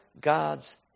God's